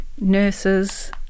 nurses